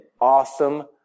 awesome